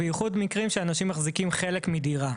בייחוד במקרים שאנשים מחזיקים כחלק מדירה.